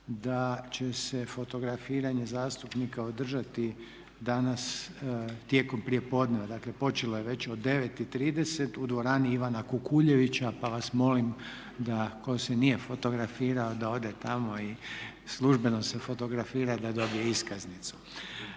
da će se fotografiranje zastupnika održati danas tijekom prijepodneva, dakle počelo je već od 9,30 u dvorani Ivana Kukuljevića. pa vas molim da tko se nije fotografirao da ode tamo i službeno se fotografira da dobije iskaznicu.